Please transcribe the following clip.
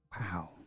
wow